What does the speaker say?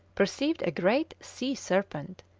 perceived a great sea serpent,